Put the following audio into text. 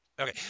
Okay